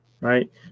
right